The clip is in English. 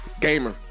gamer